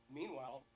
meanwhile